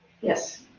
Yes